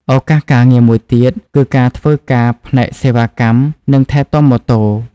ឱកាសការងារមួយទៀតគឺការធ្វើការផ្នែកសេវាកម្មនិងថែទាំម៉ូតូ។